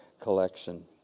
collection